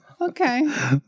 okay